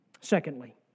Secondly